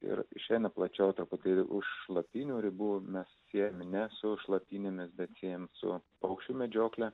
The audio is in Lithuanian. ir išeina plačiau truputėlį už šlapynių ribų mes siejame ne su šlapynėmis bet siejam su paukščių medžiokle